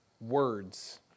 words